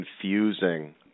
confusing